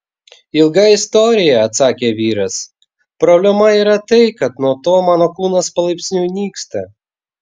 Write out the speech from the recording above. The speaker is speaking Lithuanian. ilga istorija atsakė vyras problema yra tai kad nuo to mano kūnas palaipsniui nyksta